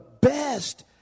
best